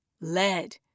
Lead